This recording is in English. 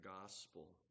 gospel